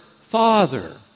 Father